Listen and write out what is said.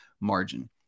margin